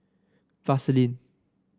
vaseline